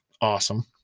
awesome